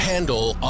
handle